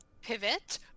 pivot